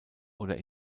oder